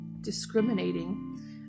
discriminating